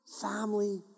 family